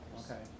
Okay